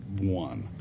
one